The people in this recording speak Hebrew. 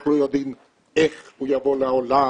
אנחנו לא יודעים איך הוא יבוא לעולם,